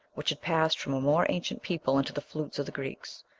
which had passed from a more ancient people into the flutes of the greeks,